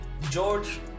George